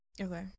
Okay